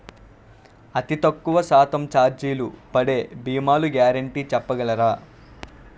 అతి తక్కువ శాతం ఛార్జీలు పడే భీమాలు గ్యారంటీ చెప్పగలరా?